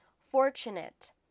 Fortunate